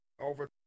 Over